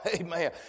amen